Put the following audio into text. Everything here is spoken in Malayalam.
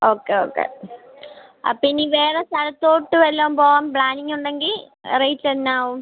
ഓക്കെ ഓക്കെ അപ്പം ഇനി വേറെ സ്ഥലത്തോട്ട് വല്ലോം പോവാൻ പ്ലാനിംങ്ങു്ണ്ടെങ്കിൽ റേറ്റ് എന്നാവും